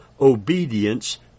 obedience